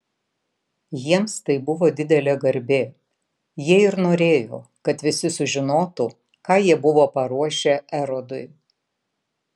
jiems tai buvo didelė garbė jie ir norėjo kad visi sužinotų ką jie buvo paruošę erodui